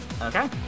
Okay